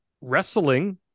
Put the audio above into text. wrestling